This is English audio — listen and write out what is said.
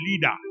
leader